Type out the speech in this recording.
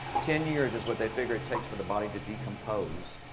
ten years is what they figured it takes for the body to decompose.